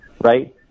right